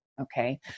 Okay